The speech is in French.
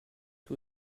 que